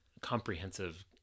comprehensive